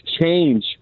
change